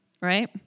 right